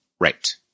Right